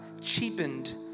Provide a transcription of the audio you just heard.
cheapened